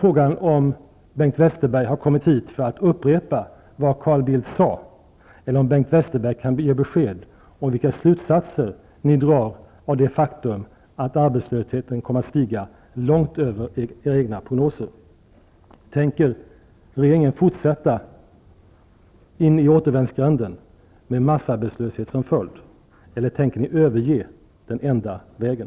Frågan är om Bengt Westerberg har kommit hit för att upprepa vad Carl Bildt sade eller om Bengt Westerberg kan ge besked om vilka slutsatser regeringen drar av det faktum att arbetslösheten kommer att stiga långt över era egna prognoser. Tänker regeringen fortsätta in i återvändsgränden med massarbetslöshet som följd? Eller tänker ni överge den enda vägen?